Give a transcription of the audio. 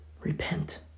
Repent